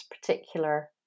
particular